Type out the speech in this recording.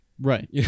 Right